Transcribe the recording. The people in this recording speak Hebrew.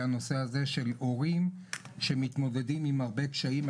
הנושא הזה של הורים שמתמודדים עם הרבה קשיים.